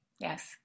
Yes